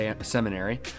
Seminary